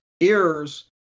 ears